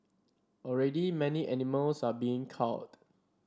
already many animals are being culled